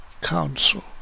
Council